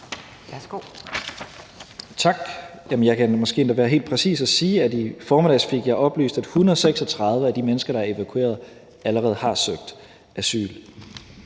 Jamen jeg kan måske endda være helt præcis og sige, at i formiddags fik jeg oplyst, at 136 af de mennesker, der er evakueret, allerede har søgt asyl.